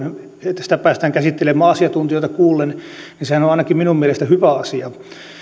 se että sitä päästään käsittelemään asiantuntijoita kuullen on ainakin minun mielestäni hyvä asia